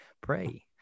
pray